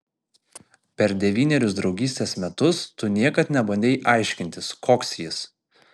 per devynerius draugystės metus tu niekad nebandei aiškintis koks jis